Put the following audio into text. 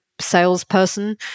salesperson